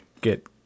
get